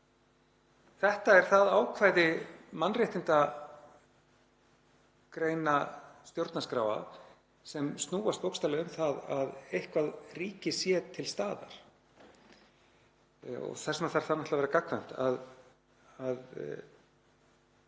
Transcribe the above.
Þetta er það ákvæði mannréttindagreina stjórnarskráa sem snúast bókstaflega um það að eitthvert ríki sé til staðar. Þess vegna þarf það að vera gagnkvæmt, að